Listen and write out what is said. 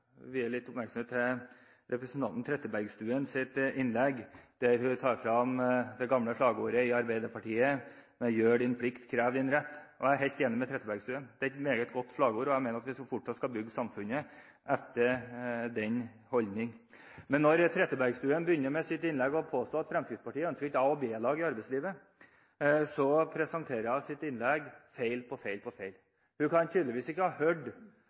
krev din rett». Jeg er helt enig med representanten Trettebergstuen i at det er et meget godt slagord, og jeg mener at vi fortsatt skal bygge samfunnet etter den holdning. Men når representanten Trettebergstuen begynner sitt innlegg med å påstå at Fremskrittspartiet ønsker et A-lag og et B-lag i arbeidslivet, presenterer hun i sitt innlegg feil på feil på feil. Hun kan tydeligvis ikke ha hørt